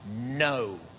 No